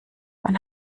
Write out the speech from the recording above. wann